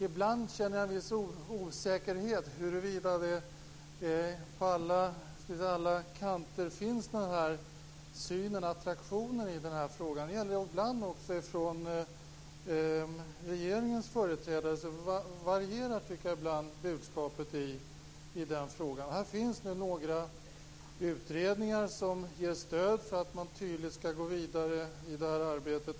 Ibland känner jag dock en viss osäkerhet om denna syn och attraktion finns på alla kanter. Också från regeringens företrädare tycker jag att budskapet i den här frågan ibland varierar. Det finns några utredningar som ger stöd för att tydligt gå vidare i det här arbetet.